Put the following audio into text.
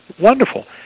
Wonderful